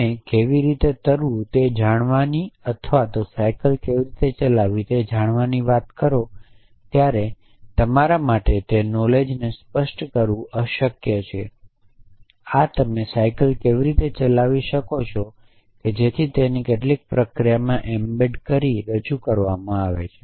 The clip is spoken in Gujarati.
તમે કેવી રીતે તરવું તે જાણવાની અથવા સાયકલ કેવી રીતે ચલાવવી તે જાણવાની વાત કરો ત્યારે તમારા માટે તે નોલેજને સ્પષ્ટ કરવું અશક્ય છે કે આ તમે સાયકલ કેવી રીતે ચલાવી શકો છો જેથી તેને કેટલીક પ્રક્રિયામાં એમ્બેડ કરી રજૂ કરવામાં આવે છે